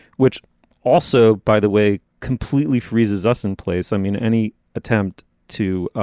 which also, by the way, completely freezes us in place. i mean, any attempt to